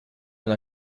una